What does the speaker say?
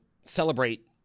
celebrate